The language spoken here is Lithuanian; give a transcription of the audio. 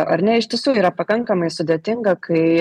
ar ne iš tiesų yra pakankamai sudėtinga kai